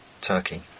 Turkey